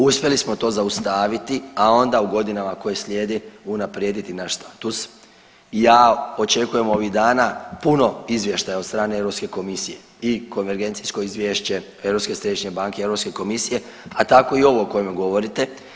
Uspjeli smo to zaustaviti, a onda u godinama koje slijede unaprijediti naš status i ja očekujem ovih dana puno izvještaja od strane Europske komisije i konvergencijsko izvješće Europske središnje banke i Europske komisije, a tako i ovo o kojemu govorite.